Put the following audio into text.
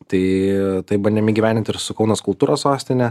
tai tai bandėm įgyvendint ir su kauno kultūros sostine